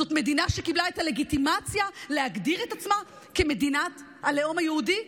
זאת מדינה שקיבלה את הלגיטימציה להגדיר את עצמה כמדינת הלאום היהודי,